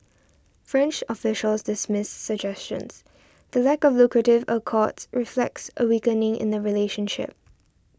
French officials dismiss suggestions the lack of lucrative accords reflects a weakening in the relationship